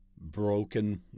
broken